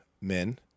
men